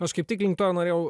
aš kaip tik link to norėjau